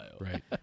Right